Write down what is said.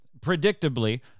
predictably